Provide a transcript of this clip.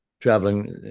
traveling